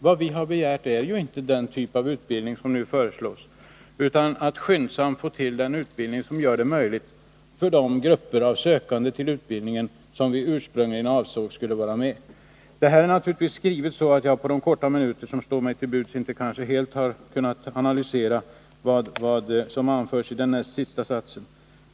Vad vi har begärt är ju inte den typ av utbildning som nu föreslås, utan vi har begärt att man skyndsamt skall få till stånd en utbildning som skapar antagningsmöjligheter för de grupper av sökande som vi ursprungligen avsåg skulle vara med. Svaret är naturligtvis skrivet så att jag under de få minuter som står mig till buds inte helt har kunnat analysera det som anförs i den näst sista satsen.